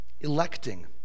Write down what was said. electing